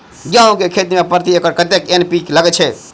गेंहूँ केँ खेती मे प्रति एकड़ कतेक एन.पी.के लागैत अछि?